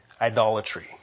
idolatry